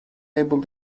able